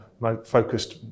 focused